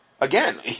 Again